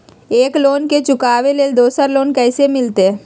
एक लोन के चुकाबे ले दोसर लोन कैसे मिलते?